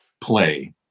play